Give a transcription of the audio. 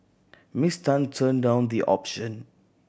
Miss Tan turned down the option